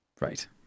right